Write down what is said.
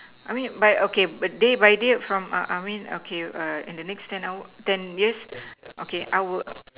I mean by okay by day by day from uh uh I mean okay err in the next ten hours ten years okay I will